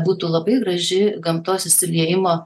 būtų labai graži gamtos susiliejimo